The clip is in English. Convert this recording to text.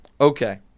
Okay